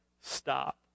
stop